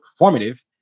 performative